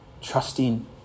trusting